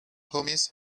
homies